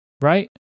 right